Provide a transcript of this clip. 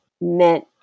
meant